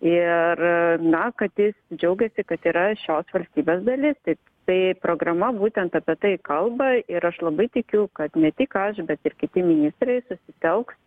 ir na kad jis džiaugiasi kad yra šios valstybės dalis taip tai programa būtent apie tai kalba ir aš labai tikiu kad ne tik aš bet ir kiti ministrai susitelks